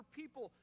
people